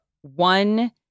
one